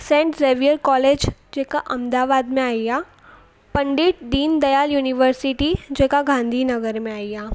scent Xavier college जेका अहमदाबाद में आई आहे पंडित दीन दयाल युनिवर्सिटी जेका गांधी नगर में आई आहे